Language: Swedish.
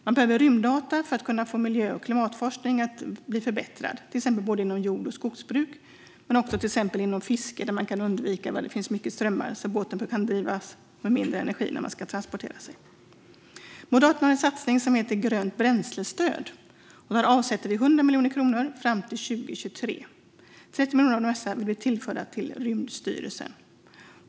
Man behöver rymddata för att förbättra miljö och klimatforskning, till exempel inom jord och skogsbruk men också inom fiske för att undvika strömmar så att båten kan drivas med mindre energi vid transport. Moderaterna har en satsning som vi kallar grönt bränslestöd. Här avsätter vi 100 miljoner kronor per år fram till 2023. 30 miljoner av dessa vill vi tillföra Rymdstyrelsen.